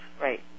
Right